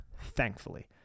thankfully